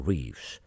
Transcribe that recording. Reeves